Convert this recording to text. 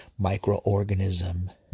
microorganism